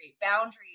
boundaries